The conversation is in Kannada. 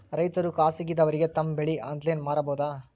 ರೈತರು ಖಾಸಗಿದವರಗೆ ತಮ್ಮ ಬೆಳಿ ಆನ್ಲೈನ್ ಮಾರಬಹುದು?